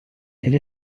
elle